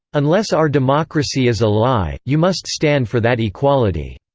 unless our democracy is a lie, you must stand for that equality.